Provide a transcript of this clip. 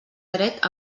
dret